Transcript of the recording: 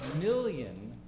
million